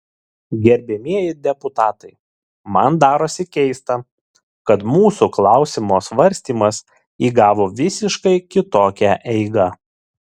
gerbiamieji deputatai man darosi keista kad mūsų klausimo svarstymas įgavo visiškai kitokią eigą